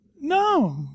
No